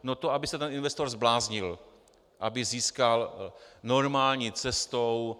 No to aby se ten investor zbláznil, aby získal normální cestou...